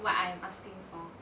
what I'm asking for